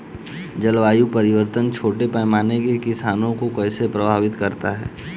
जलवायु परिवर्तन छोटे पैमाने के किसानों को कैसे प्रभावित करता है?